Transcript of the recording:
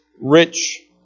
rich